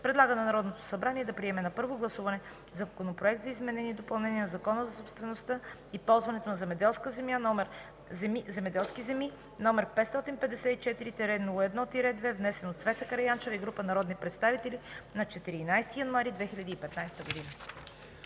предлага на Народното събрание да приеме на първо гласуване Законопроекта за изменение и допълнение на Закона за собствеността и ползването на земеделски земи, № 554-01-2, внесен от Цвета Караянчева и група народни представители на 14 януари 2015 г.”